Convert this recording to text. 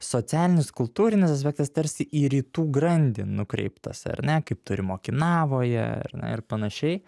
socialinis kultūrinis aspektas tarsi į rytų grandį nukreiptas ar ne kaip turim okinavoje ar ne ir panašiai